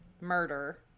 murder